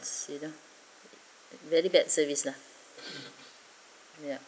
is you know very bad service lah yup